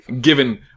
given